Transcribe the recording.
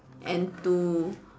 and to